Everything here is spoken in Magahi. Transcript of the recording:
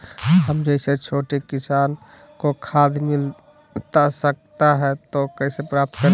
हम जैसे छोटे किसान को खाद मिलता सकता है तो कैसे प्राप्त करें?